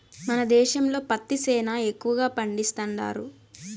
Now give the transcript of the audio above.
మన దేశంలో పత్తి సేనా ఎక్కువగా పండిస్తండారు